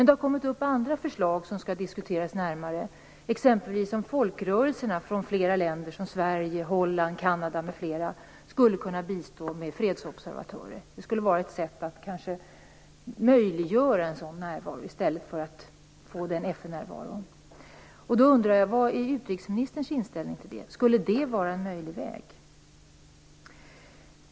Det har även lagts fram andra förslag som skall diskuteras närmare, t.ex. om folkrörelserna från Sverige, Kanada, Holland m.fl. länder skulle kunna bistå med fredsobservatörer. Det skulle kunna vara ett sätt att möjliggöra en sådan närvaro. Då undrar jag: Vad är utrikesministerns inställning till detta? Skulle det vara en möjlig väg?